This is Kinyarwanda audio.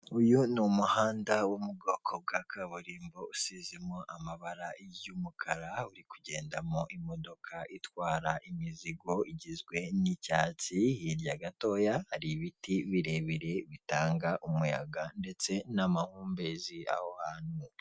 Uyu ni umuhanda wo mu bwoko bwakaburimbo usizemo amabara y'umukara uri kugendamo imodoka itwara imizigo igizwe n'icyatsi hirya gato hari ibiti birebire bitanga umuyaga ndetse n'amahumbezi aho hantu.